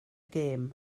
gêm